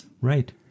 right